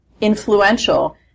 influential